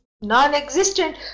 non-existent